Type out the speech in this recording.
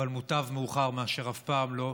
אבל מוטב מאוחר מאשר אף פעם לא.